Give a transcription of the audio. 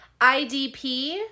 idp